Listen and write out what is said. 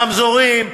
ברמזורים,